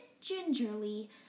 gingerly